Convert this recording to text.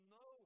no